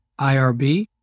IRB